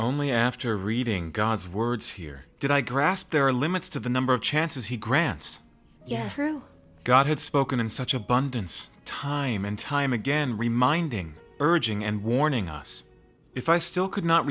only after reading god's words here did i grasp there are limits to the number of chances he grants yes god had spoken in such abundance time and time again reminding urging and warning us if i still could not